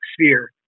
sphere